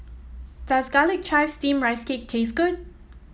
does Garlic Chives Steamed Rice Cake taste good